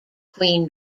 queen